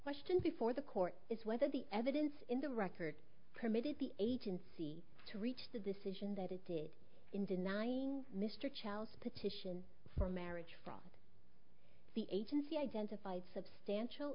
question before the court is whether the evidence in the record permitted the agency to reach the decision that it did in denying mr childs petition for marriage fraud the agency identified substantial